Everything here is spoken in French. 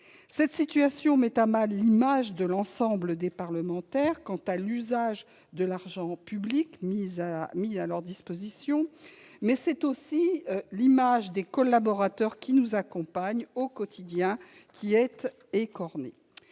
telle situation met à mal l'image de l'ensemble des parlementaires quant à l'usage de l'argent public mis à leur disposition, c'est aussi l'image des collaborateurs qui nous accompagnent au quotidien qui est écornée.